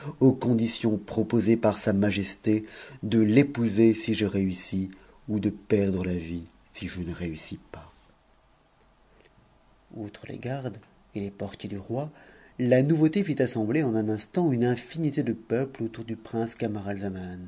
ux conditions proposées par sa majesté de l'épouser si je réussis ou de j'erdre fa vie si je ne réussis pas m outre les gardes et les portiers du roi la nouveauté fit assembler un instant une innnité de peuple autour du prince